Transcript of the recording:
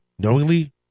Knowingly